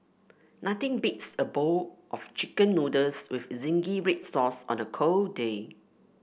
nothing beats a bowl of chicken noodles with zingy red sauce on a cold day